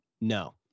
No